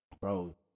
Bro